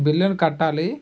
బిల్లుని కట్టాలి